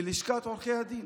מלשכת עורכי הדין.